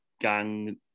gang